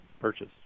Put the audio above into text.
purchase